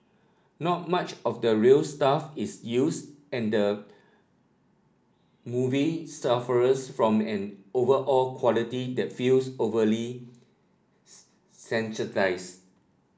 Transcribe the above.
not much of the real stuff is use and the movie sufferers from an overall quality that feels overly sanitised